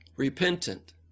repentant